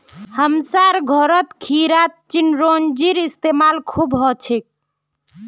हमसार घरत खीरत चिरौंजीर इस्तेमाल खूब हछेक